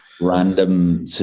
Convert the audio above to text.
random